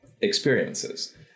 experiences